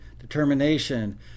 Determination